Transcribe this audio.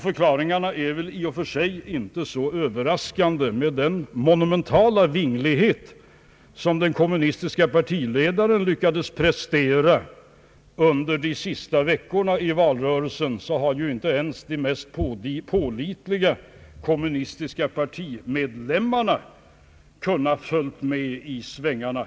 Förklaringarna är i och för sig inte särskilt överraskande. Men den monumentala vinglighet som den kommunistiske partiledaren lyckades prestera under valrörelsens sista veckor har ju inte ens de mest pålitliga kommunistiska partimedlemmarna kunnat följa med i svängarna.